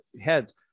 heads